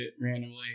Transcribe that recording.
randomly